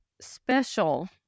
special